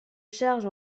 charge